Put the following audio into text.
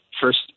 first